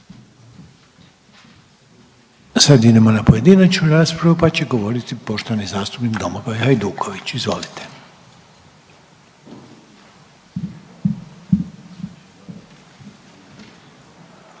Sad idemo na pojedinačnu raspravu pa će govoriti poštovani zastupnik Domagoj Hajduković, izvolite.